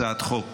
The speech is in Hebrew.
הצעת חוק